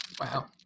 Wow